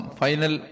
final